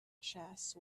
chest